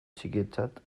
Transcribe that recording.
txikientzat